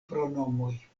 pronomoj